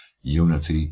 Unity